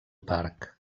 parc